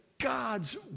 God's